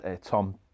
Tom